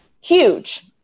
huge